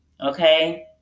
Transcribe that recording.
Okay